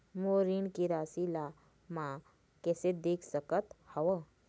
मोर ऋण के राशि ला म कैसे देख सकत हव?